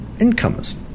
incomers